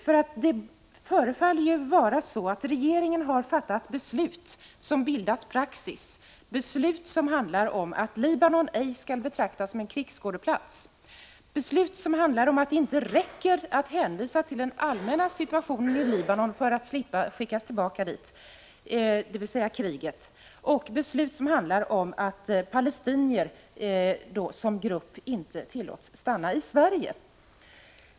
Det verkar vara så att regeringen har fattat beslut som bildat praxis, beslut som handlar om att Libanon ej skall betraktas som en krigsskådeplats, att det inte räcker att hänvisa till den allmänna situationen i Libanon — dvs. kriget — för att slippa skickas tillbaka dit och att palestinier som grupp inte tillåts stanna i Sverige.